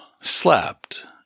slept